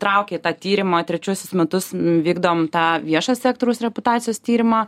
traukė į tą tyrimą trečiuosius metus vykdom tą viešo sektoriaus reputacijos tyrimą